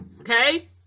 okay